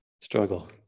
struggle